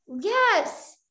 Yes